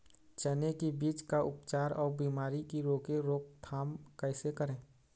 चने की बीज का उपचार अउ बीमारी की रोके रोकथाम कैसे करें?